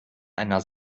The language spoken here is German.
einer